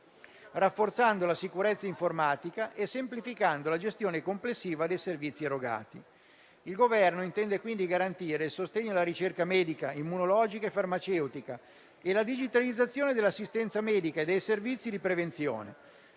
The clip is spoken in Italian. rafforzando la sicurezza informatica e semplificando la gestione complessiva dei servizi erogati. Il Governo intende quindi garantire il sostegno alla ricerca medica, immunologica e farmaceutica e la digitalizzazione dell'assistenza medica e dei servizi di prevenzione.